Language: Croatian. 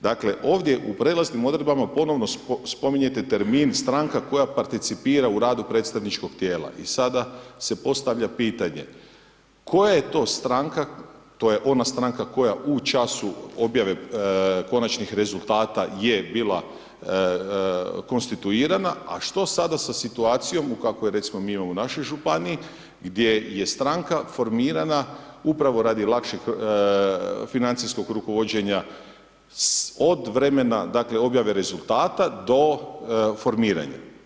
Dakle ovdje u prijelaznim odredbama ponovno spominjete termin stranka koja participira u radu predstavničkog tijela i sada se postavlja pitanje koja je to stranka, to je ona stranka koja u času objave konačnih rezultata je bila konstituirana a što sada sa situacijom u kakvoj recimo mi imamo u našoj županiji, gdje je stranka formirana upravo radi lakšeg financijskog rukovođenja od vremena dakle objave rezultata do formiranja.